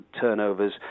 turnovers